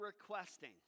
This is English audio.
requesting